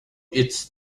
its